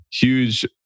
huge